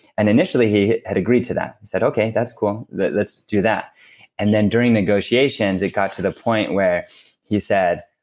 and initially he had agreed to that, said okay, that's cool, let's do that and then during negotiations it got to the point where he said,